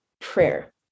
prayer